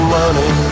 money